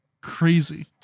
crazy